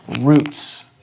roots